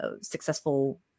successful